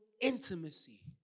intimacy